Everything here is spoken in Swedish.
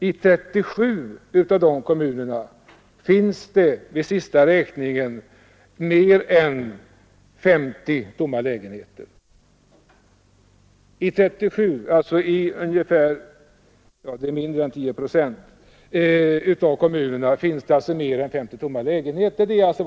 I 37 — mindre än 10 procent — av de kommunerna fanns det vid den senaste räkningen mer än 50 tomma lägenheter.